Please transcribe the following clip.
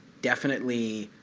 definitely